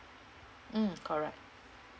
mm correct